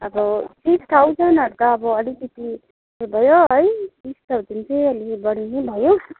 अब सिक्स थाउजनहरू त अब अलिकिति भयो है सिक्स थाउजन चाहिँ अलिकति बढी नै भयो